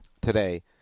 today